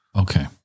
Okay